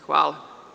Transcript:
Hvala.